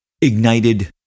ignited